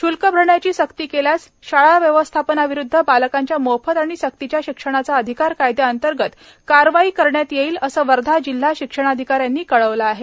शुल्क अरण्याची सक्ती केल्यास शाळा व्यवस्थापनाविरुध्द बालकांच्या मोफत आणि सक्तीच्या शिक्षणाचा अधिकार कायदया अंतर्गत कारवाई करण्यात येईल असे वर्धा जिल्हा शिक्षणाधिकारी यांनी कळविले आहे